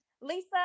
Lisa